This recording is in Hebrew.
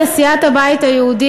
לסיעת הבית היהודי,